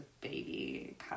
baby